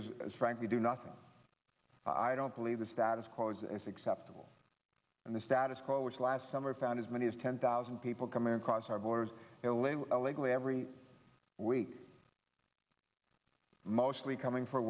as frankly do nothing i don't only the status quo is acceptable and the status quo which last summer found as many as ten thousand people coming across our borders illegally illegally every week mostly coming for